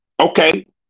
okay